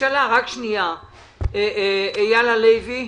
אייל הלוי,